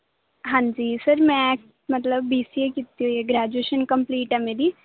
ਹਾਂਜੀ ਸਰ ਮੈਂ ਮਤਲਬ ਬੀ ਸੀ ਏ ਕੀਤੀ ਹੋਈ ਗ੍ਰੈਜੂਏਸ਼ਨ ਕੰਪਲੀਟ ਹੈ ਮੇਰੀ